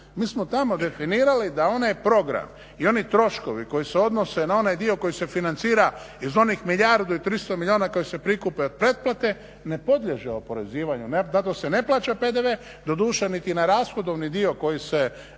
Mi smo tamo rafinirali da onaj program i oni troškovi koji se odnose na onaj dio koji se financira iz onih milijardu i 300 milijuna koji se prikupe od pretplate, ne podliježe oporezivanju, na to se ne plaća PDV, doduše niti na rashodovni dio koji se